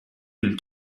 une